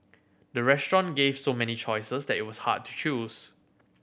the restaurant gave so many choices that it was hard to choose